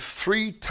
three